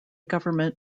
government